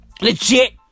Legit